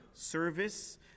service